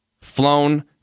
flown